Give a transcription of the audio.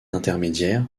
intermédiaire